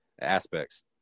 aspects